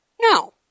No